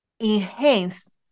enhance